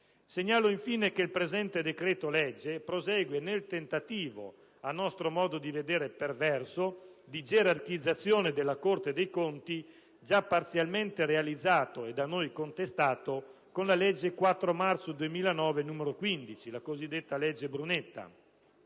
Segnalo, infine, che il presente decreto‑legge prosegue nel tentativo - a nostro modo di vedere perverso - di gerarchizzazione della Corte dei conti già parzialmente realizzato, e da noi contestato, con la legge 4 marzo 2009, n. 15 (la cosiddetta legge Brunetta),